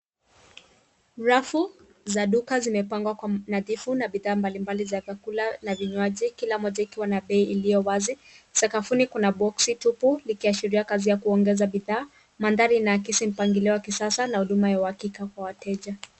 Rafu za duka zimepangwa kwa nadhifu na bidhaa mbalimbali za vyakula na vinywaji, kila mmoja ikiwa na bei iliyo wazi. Sakafuni kuna boksi tupu likiashiria kazi ya kuongeza bidhaa. Manthari ina akisi mpangilio wa kisasa na huduma ya uhakika kwa wateja.